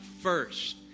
first